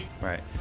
Right